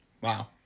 Wow